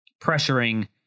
pressuring